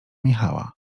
michała